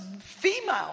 female